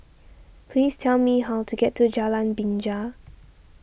please tell me how to get to Jalan Binja